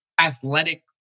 athletic